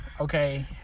Okay